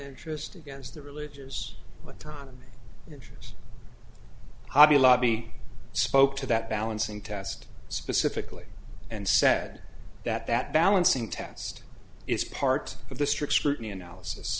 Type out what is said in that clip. interest against the religious but tonally interest hobby lobby spoke to that balancing test specifically and said that that balancing test is part of the strict scrutiny analysis